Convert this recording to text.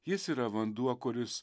jis yra vanduo kuris